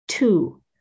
Two